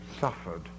suffered